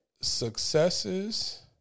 successes